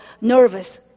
nervous